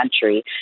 country